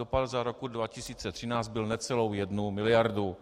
Dopad za rok 2013 byl necelou jednu miliardu.